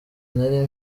nari